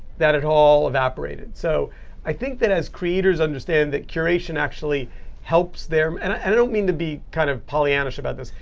that had all evaporated. so i think that as creators understand that curation actually helps their and i don't mean to be kind of pollyannish about this.